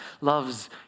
loves